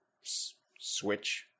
switch